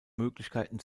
möglichkeiten